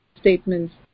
statements